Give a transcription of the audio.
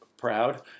proud